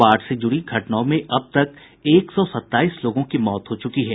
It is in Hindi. बाढ़ से जुडी घटनाओं में अब तक एक सौ सत्ताईस लोगों की मौत हो चुकी है